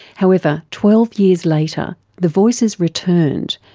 however, twelve years later the voices returned,